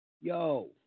Yo